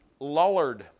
Lullard